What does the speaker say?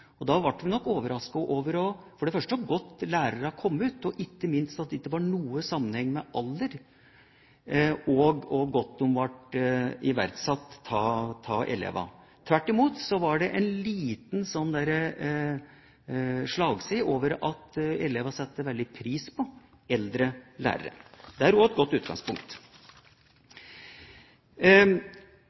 og læreevaluering. Da ble vi overrasket over hvor godt lærerne kom ut, og ikke minst over at det ikke var noen sammenheng mellom alder og hvor godt de ble verdsatt av elevene. Tvert imot var det en liten slagside mot at elevene satte veldig pris på eldre lærere. Det er også et godt utgangspunkt.